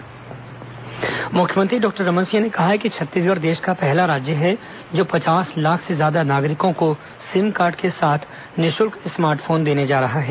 मंत्रिपरिषद बैठक मुख्यमंत्री डॉक्टर रमन सिंह ने कहा है कि छत्तीसगढ़ देश का पहला राज्य है जो पचास लाख से ज्यादा नागरिकों को सिम कार्ड के साथ निःशुल्क स्मार्ट फोन देने जा रहा है